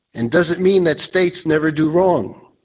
and does it mean that states never do wrong?